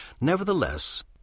Nevertheless